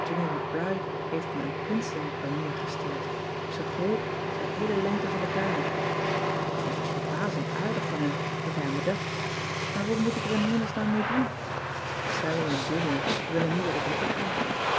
heeft me een rinceto barrier gestuurd zoo groot als de heele lengte van de kamer k vind het verbazend aardig van hem dat hij aan me dacht maar wat moet ik er in s hemelsnaam mee doen allie en ulia willen niet dat ik hem ophang